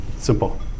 simple